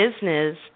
business